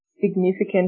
significant